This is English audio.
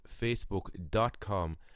Facebook.com